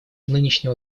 нынешнего